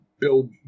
build